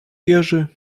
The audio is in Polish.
jerzy